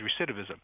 recidivism